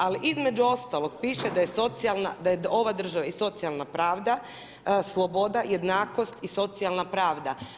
Ali, između ostalog piše da je ova država i socijalna pravda, sloboda, jednakost i socijalna pravda.